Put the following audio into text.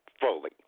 fully